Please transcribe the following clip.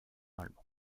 allemand